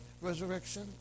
resurrection